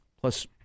Plus